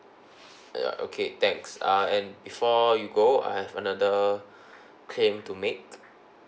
ya okay thanks uh and before you go I have another claim to make